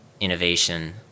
innovation